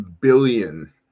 billion